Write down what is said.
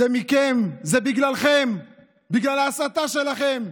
זה מכם, זה בגללכם, בגלל ההסתה שלכם,